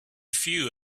few